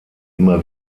immer